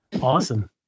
Awesome